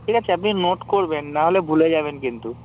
ঠিক আছে আপনি নোট করবেন নাহলে ভুলে যাবেন কিন্তু